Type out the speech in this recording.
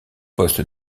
poste